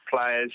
players